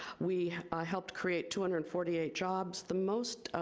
we helped create two hundred and forty eight jobs. the most